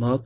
मग